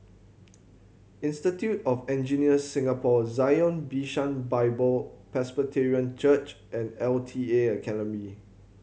Institute of Engineers Singapore Zion Bishan Bible Presbyterian Church and L T A Academy